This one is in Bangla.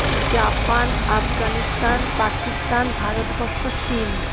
জাপান আফগানিস্তান পাকিস্তান ভারতবর্ষ চীন